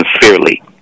sincerely